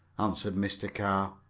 answered mr. carr.